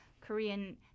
Korean